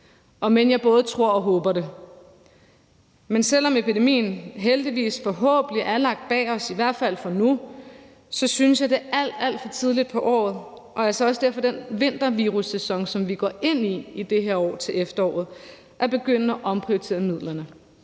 om end jeg både tror og håber det. Men selv om epidemien heldigvis forhåbentlig er lagt bag os, i hvert fald for nu, så synes jeg, det er alt, alt for tidligt på året, også i forhold til den vintervirussæson, som vi i det her år til efteråret går ind i, at begynde at omprioritere midlerne.